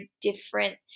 different